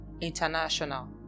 International